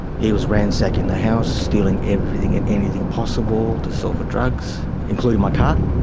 he was ransacking the house, stealing everything and anything possible to sell for drugs, including my car.